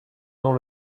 dans